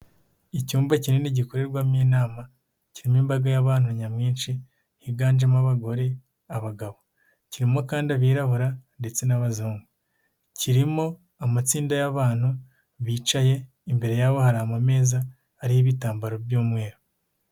Icyumba kinini gikorerwamo inama, kirimo imbaga y'abantu nyamwinshi, higanjemo abagore, abagabo, kirimo kandi abirabura ndetse n'abazu, kirimo amatsinda y'abantu bicaye, imbere yabo hari amameza ariho ibitambaro by'umweru.